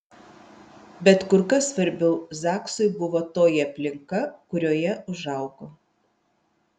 bet kur kas svarbiau zaksui buvo toji aplinka kurioje užaugo